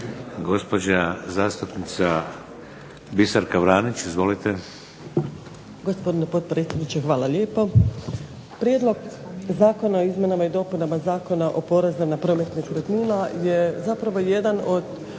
Gospođa zastupnica Biserka Vranić, izvolite.